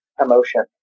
emotion